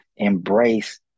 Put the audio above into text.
embrace